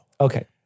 Okay